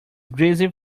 greasy